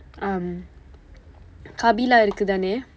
um hubby எல்லாம் இருக்கு தானே:ellaam irukku thaanee